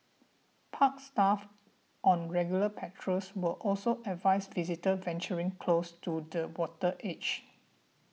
park staff on regular patrols will also advise visitors venturing close to the water's edge